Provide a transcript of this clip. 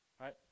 right